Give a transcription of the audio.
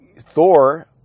Thor